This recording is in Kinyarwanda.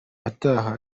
bataha